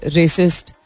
racist